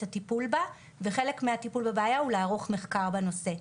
הטיפול בה וחלק מהטיפול בבעיה הוא לערוך מחקר בנושא.